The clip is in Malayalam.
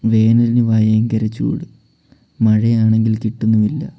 വേനലിന് ഭയങ്കര ചൂട് മഴയാണെങ്കിൽ കിട്ടുന്നുമില്ല